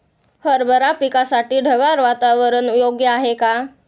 हरभरा पिकासाठी ढगाळ वातावरण योग्य आहे का?